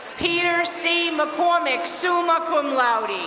peter c. mccormick, summa cum laude.